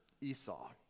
Esau